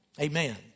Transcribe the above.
Amen